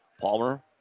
Palmer